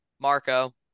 Marco